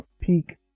peak